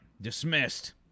dismissed